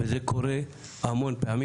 וזה קורה המון פעמים.